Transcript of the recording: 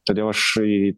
todėl aš į